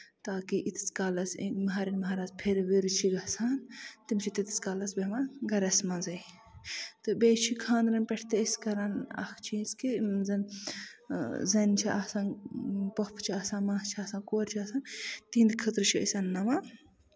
تاکہِ یٖتِس کالَس یہِ مَہرٮ۪ن مَہرازٕ پھِرٕ وِرِ چھُ گژھان تِم چھِ تیٖتِس کالَس بیہٚوان گرَس منٛزٕے تہٕ بیٚیہِ چھِ خاندرَن پٮ۪ٹھ تہِ أسۍ کران اکھ چیٖز کہِ یِم زَن زَنہِ چھِ آسان پوٚپھٕ چھِ آسان نۄشہِ چھِ آسان کورِ چھِ آسان تِہِندِ خٲطرٕ چھِ أسۍ اَنناوان